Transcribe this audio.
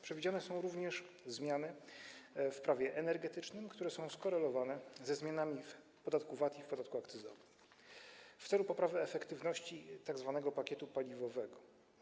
Przewidziane są również zmiany w Prawie energetycznym, które są skorelowane ze zmianami w podatku VAT i w podatku akcyzowym, w celu poprawy efektywności tzw. pakietu paliwowego.